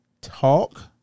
talk